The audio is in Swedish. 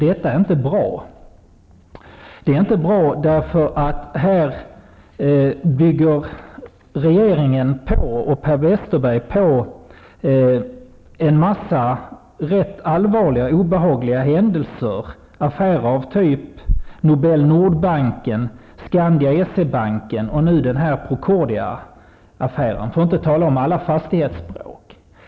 Det är inte bra, därför att regeringen och Per Westerberg har här medverkat till en mängd rätt allvarliga och obehagliga händelser -- affärerna Nobel-- Procordia-affären, för att inte tala om alla fastighetsbråk.